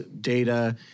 data